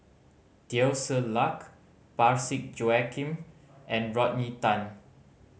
Teo Ser Luck Parsick Joaquim and Rodney Tan